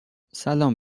سلام